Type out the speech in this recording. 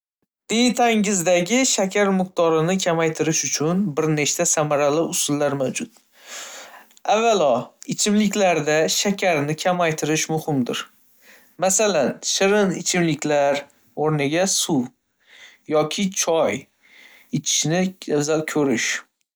Dietangizdagi shakar miqdorini kamaytirish uchun bir nechta samarali usullar mavjud. Avvalo, ichimliklarda shakarni kamaytirish muhimdir, masalan, shirin ichimliklar o'rniga suv yoki choy ichishni afzal ko'rish.